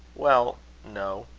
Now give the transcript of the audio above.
well no.